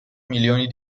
milioni